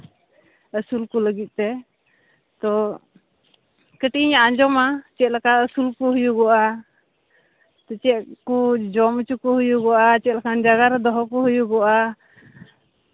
ᱟᱹᱥᱩᱞ ᱠᱚ ᱞᱟᱹᱜᱤᱫ ᱛᱮ ᱛᱳ ᱠᱟᱹᱴᱤᱡ ᱤᱧ ᱟᱸᱡᱚᱢᱟ ᱪᱮᱫ ᱞᱮᱠᱟ ᱟᱹᱥᱩᱞ ᱠᱚ ᱦᱩᱭᱩᱜᱚᱜᱼᱟ ᱪᱮᱫ ᱠᱚ ᱡᱚᱢ ᱦᱚᱪᱚ ᱠᱚ ᱦᱩᱭᱩᱜᱚᱜᱼᱟ ᱪᱮᱫ ᱞᱮᱠᱟᱱ ᱡᱟᱭᱜᱟ ᱨᱮ ᱫᱚᱦᱚ ᱠᱚ ᱦᱩᱭᱩᱜᱚᱜᱼᱟ